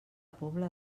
pobla